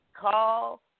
call